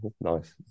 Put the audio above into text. Nice